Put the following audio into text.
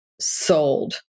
sold